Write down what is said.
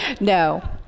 No